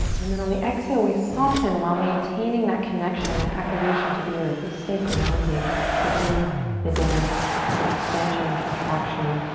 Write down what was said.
and then on the exhale we soften while maintaining that connection that activation to the earth we stay grounded within the dance the kind of expansion and contraction